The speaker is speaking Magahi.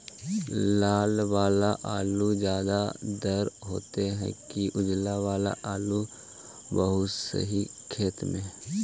लाल वाला आलू ज्यादा दर होतै कि उजला वाला आलू बालुसाही खेत में?